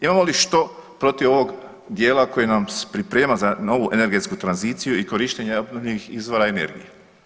Imamo li što protiv ovog dijela koji nam priprema za novu energetsku tranziciju i korištenja obnovljenih izvora energije?